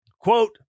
Quote